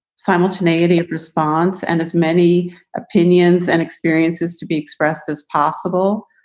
simultaneity of response and as many opinions and experiences to be expressed as possible,